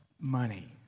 money